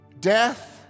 death